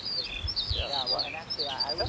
bushwick. yeah, right. and actually i